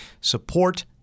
Support